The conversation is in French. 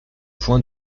point